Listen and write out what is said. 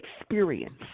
experience